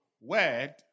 word